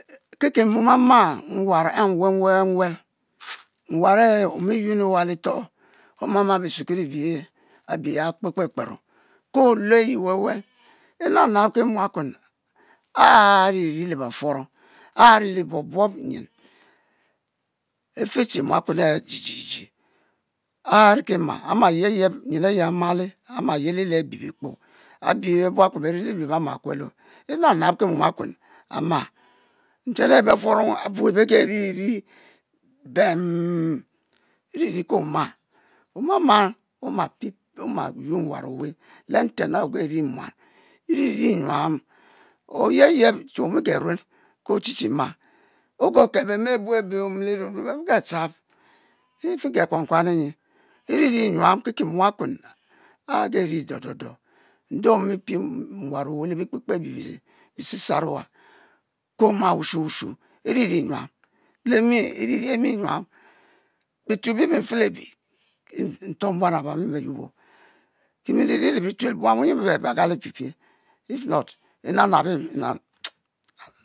Ki ki mom ama nwarr e' nwell nwell nwell nwarr e' omiyuen weah litoh oma ma bi kekuel ebiye abi ya kpekpe kpero ke olue ayi w'ell w'ell inabnab ki nwakuen ari lebe furong ari buob buob nyin ife che nwaken amale ama lyeli le abi bikpo abi nab nab ki buakuen beh ma nten e'befurong abuah beh geh ri ri bemm irir ke oma, omama, omama oma yuen mar oweh le nten e;operi muan iriri nyuam oyeb yeb che omi geruen ke ochi chi ma ogokel beh meh abue abe omili rue men beh geh tap ifi ge kuan-kuan nyi iriri nyuam che mua kuen o'peri dodo do nde omi-pie nwar oweh e'lebikpekpe bisisar ewah ke oma wushu wushu iriri nyuam, le mi iriri nyuam bitual bi nfelobi ki ntuom buan abami ki beh yyubo ki m nri nri le bitual buan wunyen beh beh galipiepie ifnot